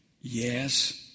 Yes